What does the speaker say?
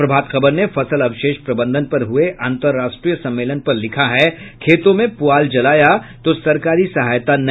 प्रभात खबर ने फसल अवशेष प्रबंधन पर हुए अंतर्राष्ट्रीय सम्मेलन पर लिखा है खेतों में पुआल जलाया तो सरकारी सहायता नहीं